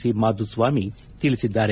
C Madhuswamy ಹೇಳಿದ್ದಾರೆ